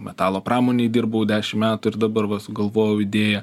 metalo pramonėj dirbau dešim metų ir dabar va sugalvojau idėją